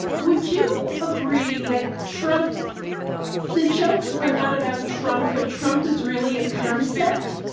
would you agree that trump the jokes are not about trump, but trump is really a concept,